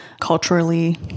culturally